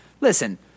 Listen